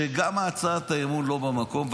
שגם הצעת האי-אמון לא במקום,